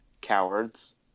cowards